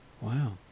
Wow